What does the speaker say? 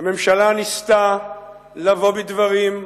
הממשלה ניסתה לבוא בדברים,